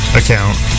account